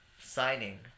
signing